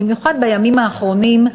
במיוחד בימים האחרונים,